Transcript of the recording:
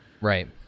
right